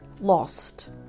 lost